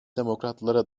demokratlara